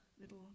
little